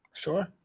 sure